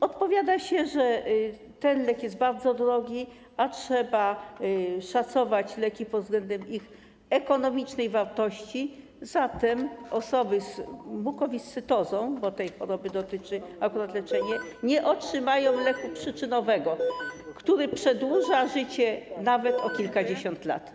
Odpowiada się, że ten lek jest bardzo drogi, a trzeba szacować leki pod względem ich ekonomicznej wartości, zatem osoby z mukowiscydozą, bo akurat tej choroby dotyczy leczenie, nie otrzymają leku przyczynowego, który przedłuża życie nawet o kilkadziesiąt lat.